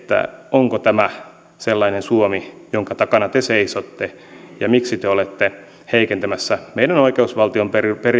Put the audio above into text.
onko tämä sellainen suomi jonka takana te seisotte ja miksi te olette heikentämässä meidän oikeusvaltion